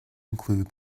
include